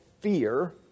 fear